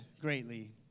greatly